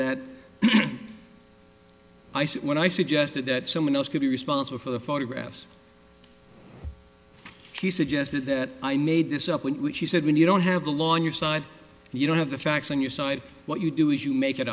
said when i suggested that someone else could be responsible for the photographs he suggested that i made this up when she said when you don't have the law on your side you don't have the facts on your side what you do is you make it